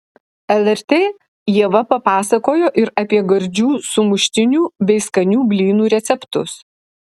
lrt ieva papasakojo ir apie gardžių sumuštinių bei skanių blynų receptus